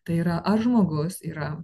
tai yra žmogus yra